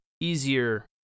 easier